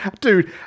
Dude